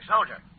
Soldier